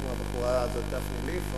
כמו הבחורה הזאת דפני ליף,